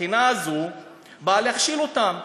הבחינה הזאת נועדה להכשיל אותם.